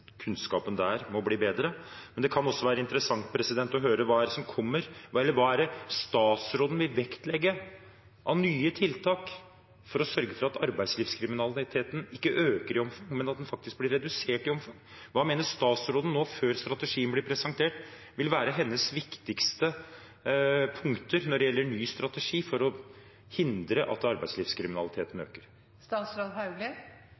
bli bedre. Det kan være interessant å høre hva som kommer, og hva statsråden vil vektlegge av nye tiltak for å sørge for at arbeidslivskriminaliteten ikke øker i omfang, men at den faktisk blir redusert i omfang. Hva mener statsråden nå, før strategien blir presentert, vil være hennes viktigste punkter når det gjelder en ny strategi for å hindre at arbeidslivskriminaliteten